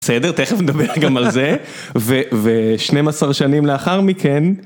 בסדר, תכף נדבר גם על זה, ו12 שנים לאחר מכן.